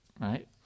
Right